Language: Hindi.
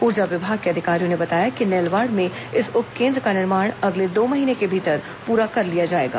ऊर्जा विभाग के अधिकारियों ने बताया कि नेलवाड़ में इस उपकेन्द्र का निर्माण अगले दो महीने के भीतर पूरा कर लिया जाएगा